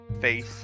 face